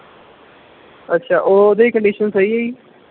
ਅੱਛਾ ਉਹਦੀ ਕੰਨਡੀਸ਼ਨ ਸਹੀ ਹੈ ਜੀ